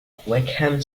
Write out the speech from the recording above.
wickham